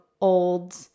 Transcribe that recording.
old